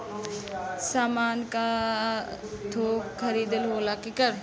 सामान क थोक खरीदी होला